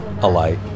alight